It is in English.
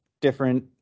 different